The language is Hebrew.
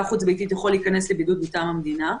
חוץ-ביתית יכול להיכנס לבידוד מטעם המדינה,